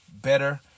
better